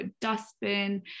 dustbin